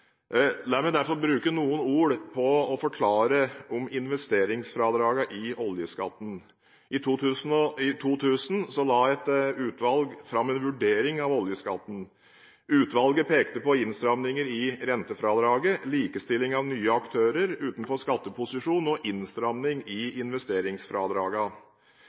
La meg derfor bruke noen ord på å forklare investeringsfradragene i oljeskatten. I 2000 la et utvalg fram en vurdering av oljeskatten. Utvalget pekte på innstramminger i rentefradraget, likestilling av nye aktører utenfor skatteposisjon og innstramming i